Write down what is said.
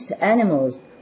animals